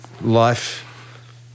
life